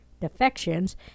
defections